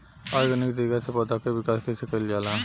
Organic तरीका से पौधा क विकास कइसे कईल जाला?